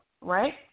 right